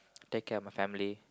take care of my family